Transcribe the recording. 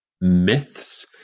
myths